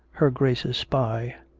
her grace's spy,